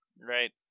Right